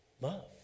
Love